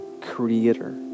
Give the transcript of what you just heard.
creator